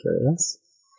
curious